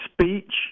speech